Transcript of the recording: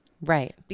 Right